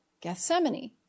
Gethsemane